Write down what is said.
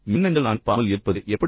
மின்னஞ்சல் அனுப்பாமல் இருப்பது எப்படி